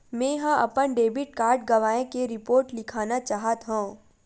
मेंहा अपन debit card गवाए के रिपोर्ट लिखना चाहत हव